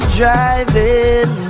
driving